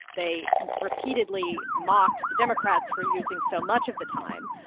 they repeatedly mocked the democrats for using so much of the time.